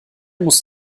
muss